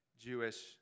Jewish